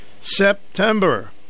September